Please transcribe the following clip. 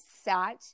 sat